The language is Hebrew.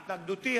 בהתנגדותי,